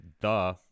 Duh